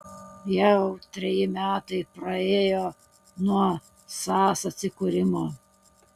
jau treji metai praėjo nuo sas atsikūrimo